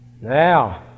now